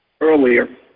earlier